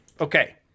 Okay